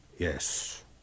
Yes